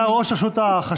היא הייתה ראש רשות החשמל,